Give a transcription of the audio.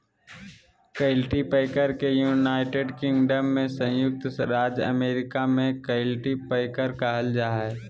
cultipacker के United Kingdom में संयुक्त राज्य अमेरिका में कल्टीपैकर कहल जा हइ